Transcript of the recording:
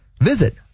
Visit